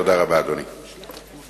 תודה רבה, אדוני.